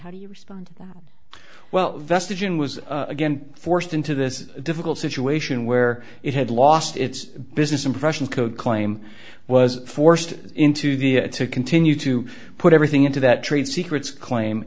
how do you respond well vestige and was again forced into this difficult situation where it had lost its business impression could claim was forced into the to continue to put everything into that trade secrets claim